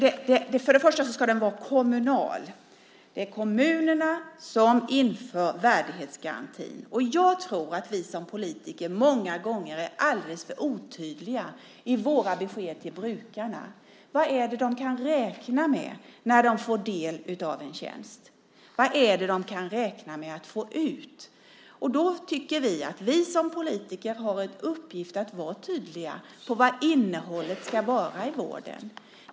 Först och främst ska den vara kommunal. Det är kommunerna som inför värdighetsgarantin. Jag tror att vi som politiker många gånger är alldeles för otydliga i våra besked till brukarna. Vad är det de kan räkna med när de får del av en tjänst? Vad är det de kan räkna med att få ut? Vi tycker att vi som politiker har en uppgift i att vara tydliga när det gäller vad innehållet ska vara i vården.